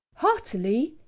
heartily,